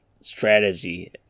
strategy